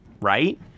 right